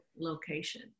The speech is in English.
location